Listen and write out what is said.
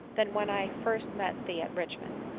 than when i first met thee at richmond.